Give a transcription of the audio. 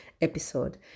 episode